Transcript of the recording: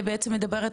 איפה הוא פורסם?